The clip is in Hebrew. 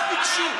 לא ביקשתם.